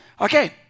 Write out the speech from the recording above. Okay